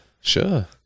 Sure